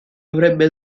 avrebbe